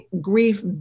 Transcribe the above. grief